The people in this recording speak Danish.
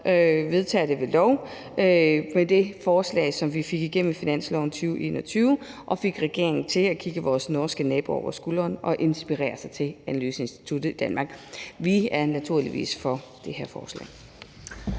vedtager det forslag ved lov, som vi fik igennem med finansloven for 2022 , hvor vi fik regeringen til at kigge vores norske naboer over skulderen og lade sig inspirere til et analyseinstitut i Danmark. Vi er naturligvis for det her forslag.